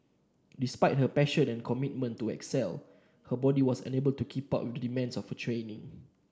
despite her passion and commitment to excel her body was unable to keep up with the demands of her training